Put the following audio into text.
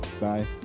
Bye